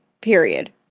period